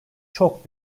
çok